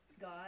God